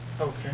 Okay